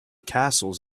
castles